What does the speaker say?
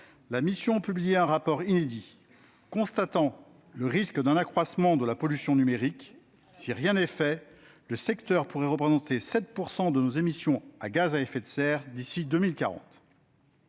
la mission publiait un rapport inédit, constatant le risque d'un accroissement de la pollution numérique. Si rien n'est fait, le secteur pourrait représenter 7 % de nos émissions de gaz à effet de serre d'ici à 2040.